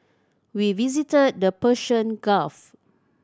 we visited the Persian Gulf